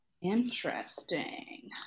Interesting